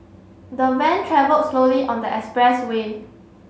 the van travelled slowly on the expressway